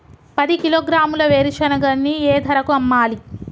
పది కిలోగ్రాముల వేరుశనగని ఏ ధరకు అమ్మాలి?